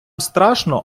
страшно